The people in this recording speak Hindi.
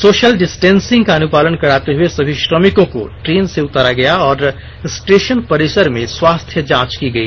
सोशल डिस्टेंसिंग का अनुपालन कराते हए सभी श्रमिकों को ट्रेन से उतारा गया और स्टेशन परिसर में स्वास्थ्य जांच की गई